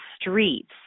streets